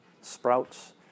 sprouts